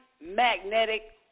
magnetic